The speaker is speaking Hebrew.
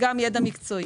גם ידע מקצועי.